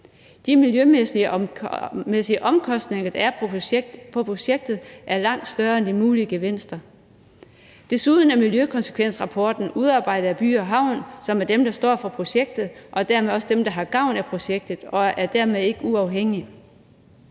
De miljømæssige omkostninger, der er på projektet, er langt større end de mulige gevinster. Desuden er miljøkonsekvensrapporten udarbejdet af By & Havn, som er dem, der står for projektet, og dermed også dem, der har gavn af projektet, og er dermed ikke uafhængige.